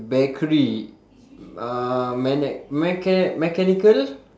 bakery uh mecha~ mechanical